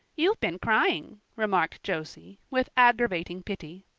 you've been crying, remarked josie, with aggravating pity.